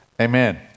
Amen